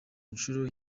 nshuro